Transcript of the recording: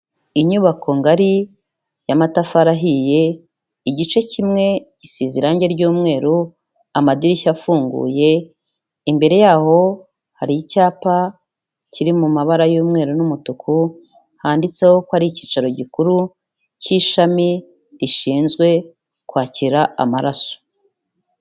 Inyubako ngari y'amatafari ahiye, igice kimwe isize irange ry'umweru, amadirishya afunguye, imbere yaho hari icyapa kiri mu mabara y'umweru n'umutuku, handitseho ko ari icyicaro gikuru cy'ishami rishinzwe kwakira amaraso.